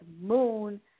Moon